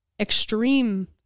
extreme